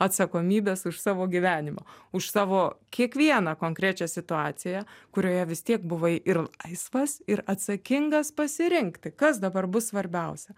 atsakomybės už savo gyvenimą už savo kiekvieną konkrečią situaciją kurioje vis tiek buvai ir laisvas ir atsakingas pasirinkti kas dabar bus svarbiausia